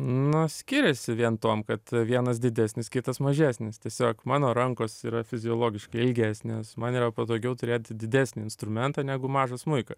nu skiriasi vien tuom kad vienas didesnis kitas mažesnis tiesiog mano rankos yra fiziologiškai ilgesnės man yra patogiau turėt didesnį instrumentą negu mažą smuiką